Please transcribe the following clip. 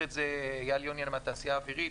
את זה אייל יוניאן מהתעשייה האווירית,